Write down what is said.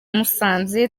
musanze